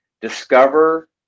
discover